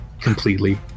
completely